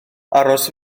aros